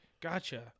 Gotcha